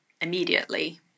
immediately